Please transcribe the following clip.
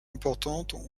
importantes